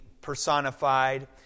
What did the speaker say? personified